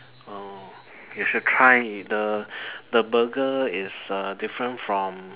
oh you should try the burger the burger is uh different from